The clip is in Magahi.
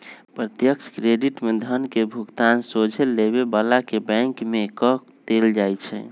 प्रत्यक्ष क्रेडिट में धन के भुगतान सोझे लेबे बला के बैंक में कऽ देल जाइ छइ